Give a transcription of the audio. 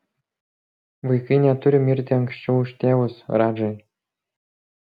vaikai neturi mirti anksčiau už tėvus radžai